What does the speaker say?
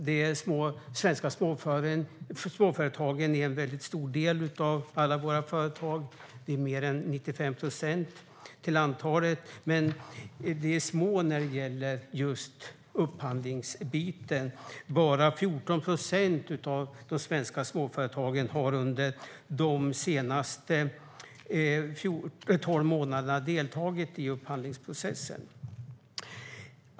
De svenska småföretagen är en väldigt stor del av alla våra företag, mer än 95 procent, men de är små just när det gäller upphandlingsbiten - bara 14 procent av de svenska småföretagen har under de senaste tolv månaderna deltagit i upphandlingsprocessen.